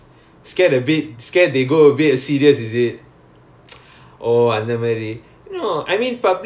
um ya I scared you all too professional lah ya because